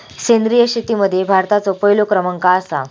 सेंद्रिय शेतीमध्ये भारताचो पहिलो क्रमांक आसा